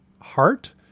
heart